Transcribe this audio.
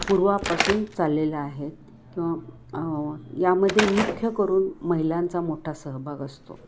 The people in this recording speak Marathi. पूर्वापासून चाललेलं आहेत किंवा यामध्ये मुख्य करून महिलांचा मोठा सहभाग असतो